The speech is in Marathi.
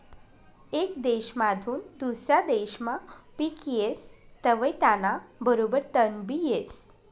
येक देसमाधून दुसरा देसमा पिक येस तवंय त्याना बरोबर तणबी येस